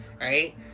right